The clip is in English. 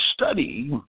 study